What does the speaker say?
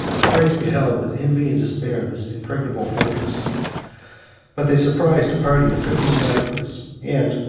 the franks beheld with envy and despair this impregnable fortress but they surprised a party of fifty stragglers and,